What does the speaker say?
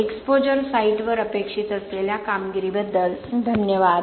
exposure साइटवर अपेक्षित असलेल्या कामगिरीबद्दल धन्यवाद